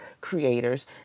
creators